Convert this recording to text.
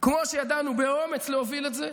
כמו שידענו באומץ להוביל את זה,